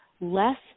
less